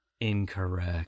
Incorrect